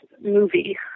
movie